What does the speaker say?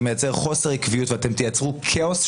זה מייצר חוסר עקביות ואתם תייצרו כאוס,